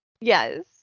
Yes